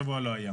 השבוע לא הייתה.